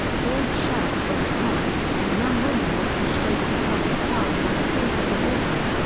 boys' shirts were ripped off, and young women were pushed over the tops of cars by the force of the water.